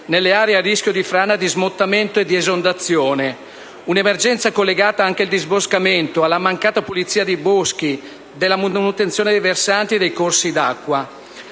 nelle aree a rischio di frana, di smottamento e di esondazione. Un'emergenza collegata anche al disboscamento, alla mancata pulizia dei boschi, della manutenzione dei versanti e dei corsi d'acqua.